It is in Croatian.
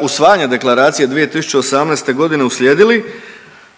usvajanja deklaracije 2018.g. uslijedili